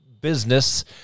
business